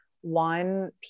one